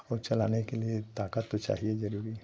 और चलाने के लिए ताकत तो चाहिए ज़रूरी